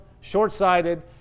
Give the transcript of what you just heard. short-sighted